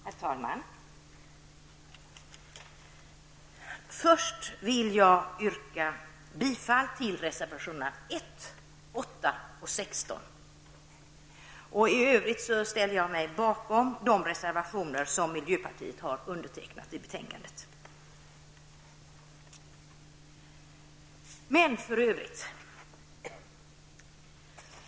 Herr talman! Först vill jag yrka bifall till reservationerna nr 1, 8 och 16. I övrigt ställer jag mig bakom de reservationer som miljöpartiet har undertecknat i betänkandet.